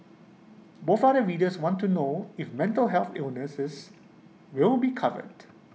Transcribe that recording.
but other readers want to know if mental health illnesses will be covered